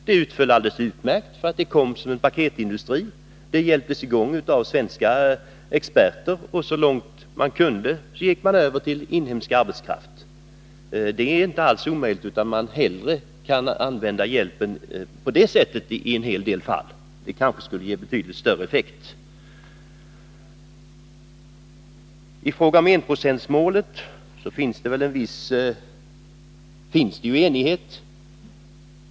Resultatet blev alldeles utmärkt. Det blev en paketindustri. Det sattes i gång av svenska experter, men så långt möjligt gick arbetet över på inhemsk arbetskraft. Det är möjligt att använda hjälpen på detta sätt i en hel del fall. Det kanske skulle ge betydligt större effekt. I fråga om enprocentsmålet råder enighet.